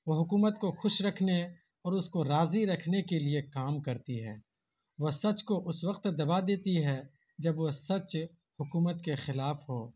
وہ حکومت کو خوش رکھنے اور اس کو راضی رکھنے کے لیے کام کرتی ہے وہ سچ کو اس وقت دبا دیتی ہے جب وہ سچ حکومت کے خلاف ہو